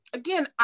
again